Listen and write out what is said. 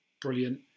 brilliant